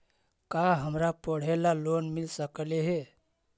का हमरा पढ़े ल लोन मिल सकले हे?